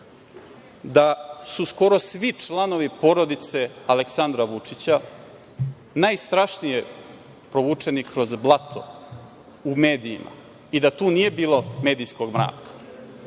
da su skoro svi članovi porodice Aleksandra Vučića najstrašnije provučeni kroz blato u medijima i da tu nije bilo medijskog mraka.